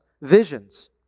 visions